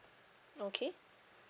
okay